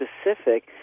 specific